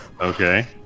Okay